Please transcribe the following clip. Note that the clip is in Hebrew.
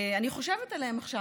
אני חושבת עליהם עכשיו,